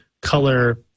color